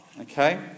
Okay